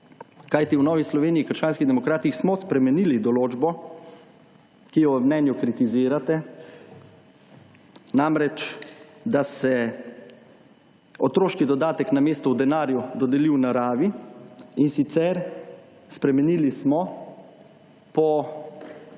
kajti v Novi Sloveniji – krščanskih demokratih smo spremenili določbo, ki jo v mnenju kritizirate, namreč, da se otroški dodatek namesto v denarju dodelil v naravi in sicer spremenili smo po